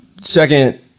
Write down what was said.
Second